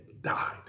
died